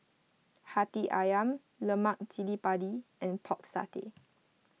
Hati Ayam Lemak Cili Padi and Pork Satay